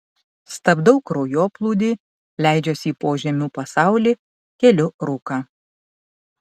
stabdau kraujoplūdį leidžiuosi į požemių pasaulį keliu rūką